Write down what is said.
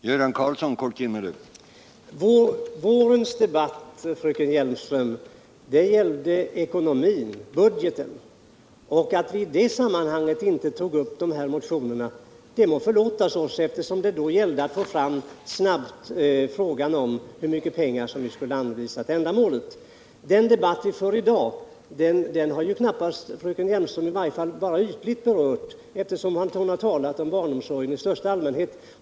Herr talman! Vårens debatt, fröken Hjelmström, gällde ekonomin, budgeten. Att vi i det sammanhanget inte tog upp de här motionerna må förlåtas oss, eftersom det då gällde att snabbt behandla frågan om hur mycket pengar som skulle anvisas till ändamålet. Den debatt vi för i dag har fröken Hjelmström berört bara helt ytligt, eftersom hon har talat om barnomsorgen i största allmänhet.